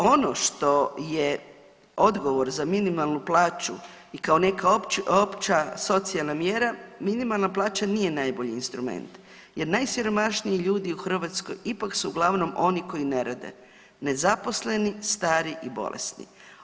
Ono što je odgovor za minimalnu plaću i kao neka opće socijalna mjera, minimalna plaća nije najbolji instrument jer najsiromašniji ljudi u Hrvatskoj ipak su uglavnom oni koji ne rade, nezaposleni, stari i bolesni.